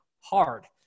hard